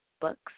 books